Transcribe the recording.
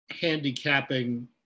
handicapping